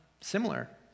similar